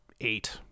eight